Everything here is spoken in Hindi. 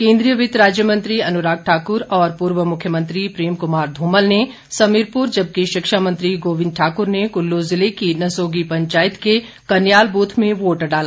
केन्द्रीय वित्त राज्य मंत्री अनुराग ठाकुर और पूर्व मुख्यमंत्री प्रेम कुमार धूमल ने समीरपुर जबकि शिक्षा मंत्री गोविंद ठाकुर ने कुल्लू ज़िले की नसोगी पंचायत के कन्याल बूथ में वोट डाला